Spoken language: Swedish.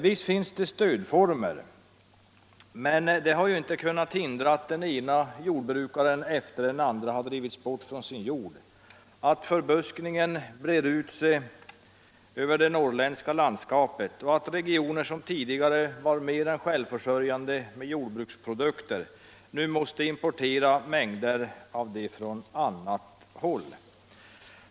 Visst finns det stödformer, men inte har det kunnat hindra att den ena jordbrukaren efter den andra har drivits bort från sin jord, att förbuskningen breder ut sig över det norrländska landskapet och att regioner som tidigare var mer än självförsörjande med jordbruksprodukter nu måste importera mängder av jordbruksprodukter från annat håll.